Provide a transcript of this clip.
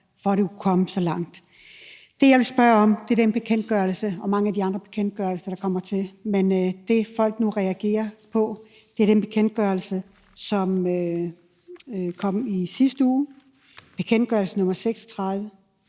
at det kunne komme så langt. Det, jeg vil spørge om, er den bekendtgørelse og de mange andre bekendtgørelser, der kommer til. For det, folk nu reagerer på, er den bekendtgørelse, som kom i sidste uge – bekendtgørelse nr. 36,